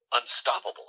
unstoppable